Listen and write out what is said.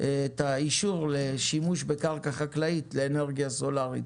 את האישור לשימוש בקרקע חקלאית לאנרגיה סולרית,